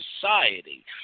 society